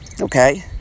Okay